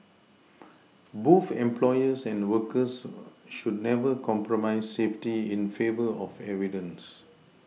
both employers and workers should never compromise safety in favour of evidence